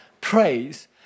praise